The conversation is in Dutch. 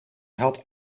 had